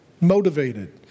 motivated